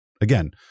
again